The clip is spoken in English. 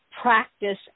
practice